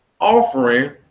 offering